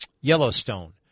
Yellowstone